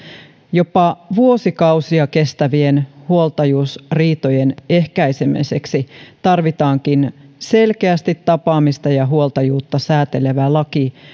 jopa vuosikausia kestävien huoltajuusriitojen ehkäisemiseksi tarvitaankin selkeästi tapaamista ja huoltajuutta säätelevä laki